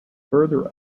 further